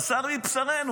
בשר מבשרנו.